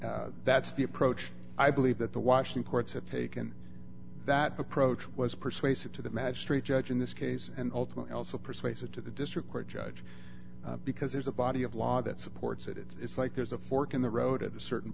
taken that's the approach i believe that the watching courts have taken that approach was persuasive to the magistrate judge in this case and ultimately also persuasive to the district court judge because there's a body of law that supports it it's like there's a fork in the road at a certain